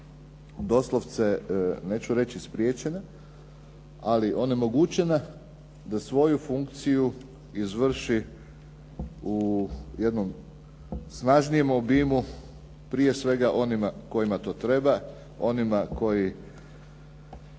doslovce, neću reći spriječena ali onemogućena da svoju funkciju izvrši u jednom snažnijem obimu, prije svega onima kojima to treba, onima koji